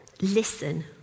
listen